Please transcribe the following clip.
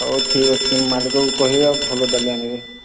ହଉ ଠିକ୍ ଅଛି ମାଲିକଙ୍କୁ କହିବା ଭଲ ଡାଲି ଆଣିବେ